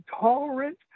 tolerant